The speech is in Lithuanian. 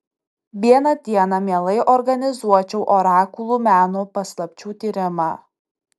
vieną dieną mielai organizuočiau orakulų meno paslapčių tyrimą